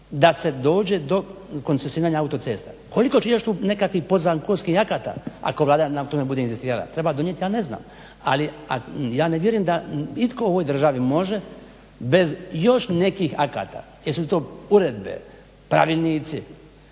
da se dođe do koncesioniranja autocesta. Koliko još tu nekakvih podzakonskih akata ako Vlada bude na tome inzistirala, treba donijeti ja ne znam, ali ja ne vjerujem da itko u ovoj državi može bez još nekih akata, jesu li to uredbe, pravilnici